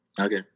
Okay